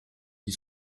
ils